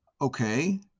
Okay